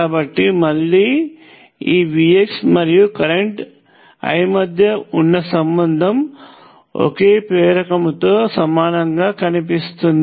కాబట్టి మళ్ళీ ఈ Vx మరియు కరెంట్ I మధ్య ఉన్న సంబంధం ఒకే ప్రేరకముతో సమానంగా కనిపిస్తుంది